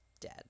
dead